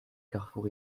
carrefour